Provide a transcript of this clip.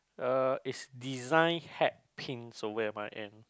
uh is design hat pins and